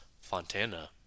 Fontana